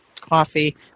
coffee